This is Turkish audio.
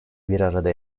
birarada